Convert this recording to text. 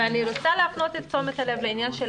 ואני רוצה להפנות את תשומת הלב לעניין של